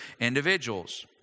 individuals